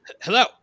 hello